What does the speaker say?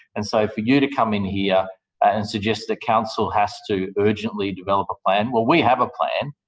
and so, for you to come in here and suggest that council has to urgently develop a plan well, we have a plan,